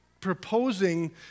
proposing